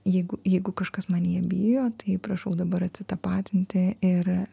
jeigu jeigu kažkas manyje bijo tai prašau dabar atsitapatinti ir